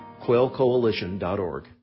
quailcoalition.org